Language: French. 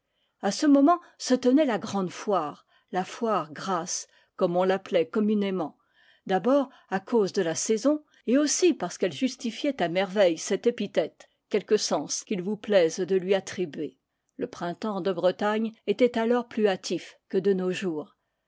ce moment se tenait la grande foire la foire grasse comme on l'appelait communément d'abord à cause de la saison et aussi parce qu'elle justifiait à merveille cette épithète quelque sens qu'il vous plaise de lui attribuer le printemps de bretagne était alors plus hâtif que de nos jours